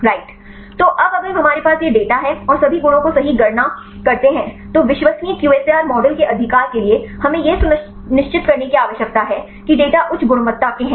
right तो अब अगर हमारे पास ये डेटा हैं और सभी गुणों की सही गणना करते हैं तो विश्वसनीय QSAR मॉडल के अधिकार के लिए हमें यह सुनिश्चित करने की आवश्यकता है कि डेटा उच्च गुणवत्ता के हैं